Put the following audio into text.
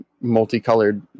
multicolored